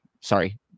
sorry